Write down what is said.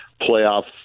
playoff